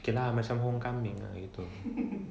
okay lah macam homecoming ah gitu